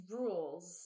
rules